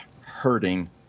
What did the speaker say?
hurting